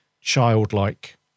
childlike